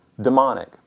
demonic